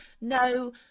no